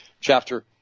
chapter